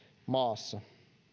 maassa